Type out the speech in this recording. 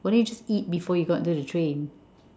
why don't you just eat before you got onto the train